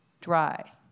dry